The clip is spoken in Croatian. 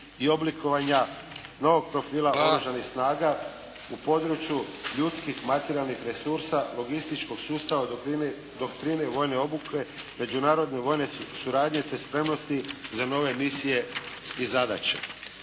i oblikovanja novog profila Oružanih snaga u području ljudskih, materijalnih resursa, logističkog sustava, doktrine vojne obuke, međunarodne vojne suradnje, te spremnosti za nove misije i zadaće,